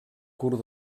curt